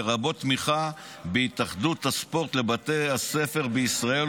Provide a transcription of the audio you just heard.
לרבות תמיכה בהתאחדות הספורט לבתי הספר בישראל,